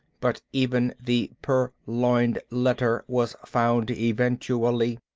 but even the purloined letter was found eventually.